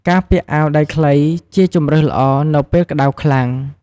ការពាក់អាវដៃខ្លីជាជម្រើសល្អនៅពេលក្តៅខ្លាំង។